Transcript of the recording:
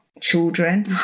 children